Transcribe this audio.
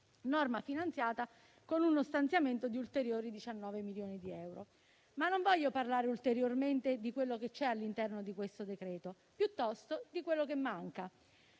(norma finanziata con uno stanziamento di ulteriori 19 milioni di euro). Ma non voglio parlare ulteriormente di quanto c'è all'interno di questo decreto-legge; preferisco parlare piuttosto di quello che manca.